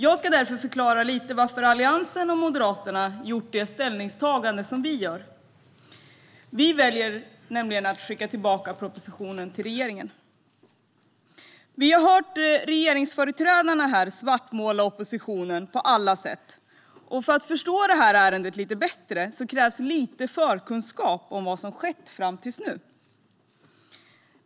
Jag ska därför förklara varför Alliansen och Moderaterna gjort det ställningstagande vi gjort. Vi väljer nämligen att skicka tillbaka propositionen till regeringen. Vi har hört regeringsföreträdarna här svartmåla oppositionen på alla sätt. För att förstå ärendet bättre krävs det lite förkunskap om vad som skett fram till nu.